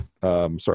Sorry